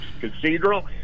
Cathedral